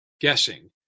guessing